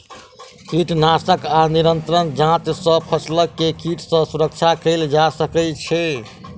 कीटनाशक आ निरंतर जांच सॅ फसिल के कीट सॅ सुरक्षा कयल जा सकै छै